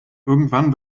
irgendwann